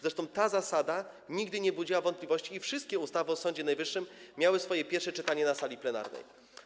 Zresztą ta zasada nigdy nie budziła wątpliwości i wszystkie ustawy o Sądzie Najwyższym miały swoje pierwsze czytanie na sali plenarnej.